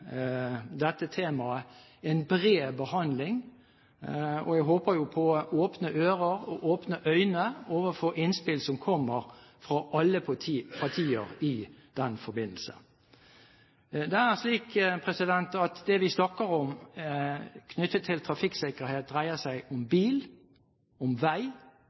dette temaet en bred behandling, og jeg håper på åpne ører og åpne øyne overfor innspill som kommer fra alle partier i den forbindelse. Det vi snakker om knyttet til trafikksikkerhet, dreier seg om bil, om vei,